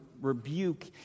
rebuke